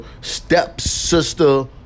stepsister